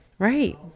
right